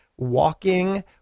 walking